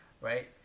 right